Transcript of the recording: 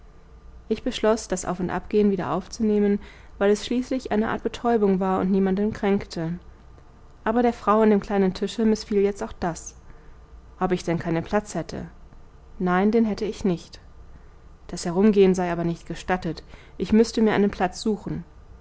ich beschloß das aufundabgehen wieder aufzunehmen weil es schließlich eine art betäubung war und niemanden kränkte aber der frau an dem kleinen tische mißfiel jetzt auch das ob ich denn keinen platz hätte nein den hätte ich nicht das herumgehen sei aber nicht gestattet ich müßte mir einen platz suchen